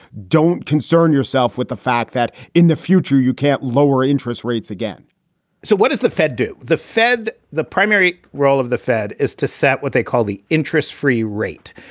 don't concern yourself with the fact that in the future you can't lower interest rates again so what does the fed do? the fed? the primary role of the fed is to set what they call the interest free rate.